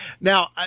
Now